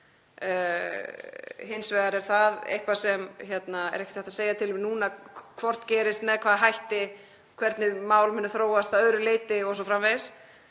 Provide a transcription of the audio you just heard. Hins vegar er það eitthvað sem er ekkert hægt að segja til um núna hvort gerist, með hvaða hætti og hvernig mál munu þróast að öðru leyti o.s.frv.